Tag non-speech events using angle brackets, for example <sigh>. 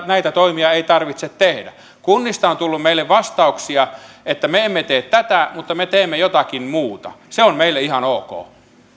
<unintelligible> näitä toimia ei tarvitse tehdä kunnista on tullut meille vastauksia että me emme tee tätä mutta me teemme jotakin muuta se on meille ihan ok